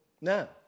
No